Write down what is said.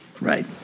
right